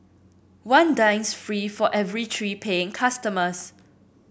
one dines free for every three paying customers